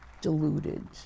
deluded